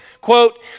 quote